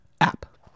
app